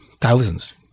thousands